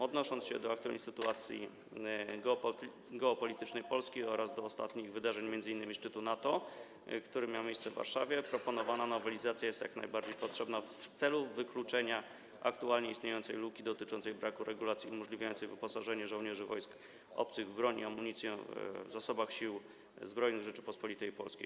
Odnosząc się do aktualnej sytuacji geopolitycznej Polski oraz do ostatnich wydarzeń, m.in. szczytu NATO, który miał miejsce w Warszawie, proponowana nowelizacja jest jak najbardziej potrzebna w celu wykluczenia aktualnie istniejącej luki dotyczącej braku regulacji umożliwiającej wyposażenie żołnierzy wojsk obcych w broń i amunicję znajdujące się w zasobach Sił Zbrojnych Rzeczypospolitej Polskiej.